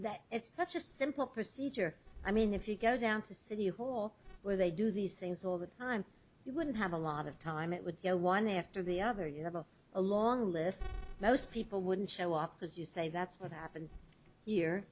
that it's such a simple procedure i mean if you go down to city hall where they do these things all the time you wouldn't have a lot of time it would you know one after the other you have a a long list most people wouldn't show up because you say that's what happened here